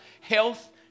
health